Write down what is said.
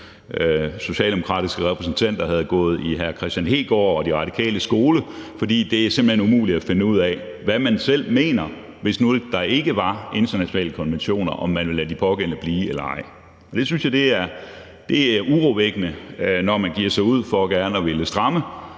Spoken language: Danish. socialdemokratiske repræsentanter var gået i hr. Kristian Hegaards og De Radikales skole, for det er simpelt hen umuligt at finde ud af, hvad de egentlig selv mener, hvis der nu ikke var internationale konventioner, altså om man ville lade de pågældende blive eller ej. Jeg synes, det er urovækkende, når man giver sig ud for gerne at ville stramme